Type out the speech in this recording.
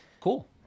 Cool